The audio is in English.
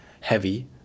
heavy